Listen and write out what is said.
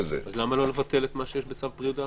אז למה לא לבטל את מה שיש בצו בריאות העם?